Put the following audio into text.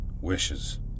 wishes